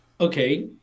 okay